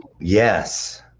Yes